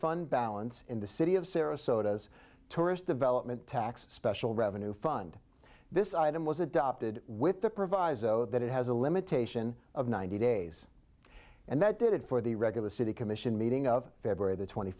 fund balance in the city of sarasota as tourist development tax special revenue fund this item was adopted with the proviso that it has a limitation of ninety days and that did it for the regular city commission meeting of february the twenty